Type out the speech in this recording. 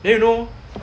then you know